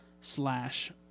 slash